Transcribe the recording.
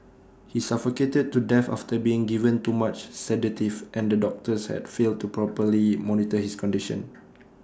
he suffocated to death after being given too much sedative and the doctors had failed to properly monitor his condition